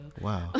Wow